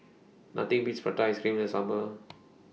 Nothing Beats Prata Ice Cream The Summer